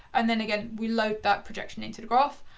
and then again we load that projection into the graph,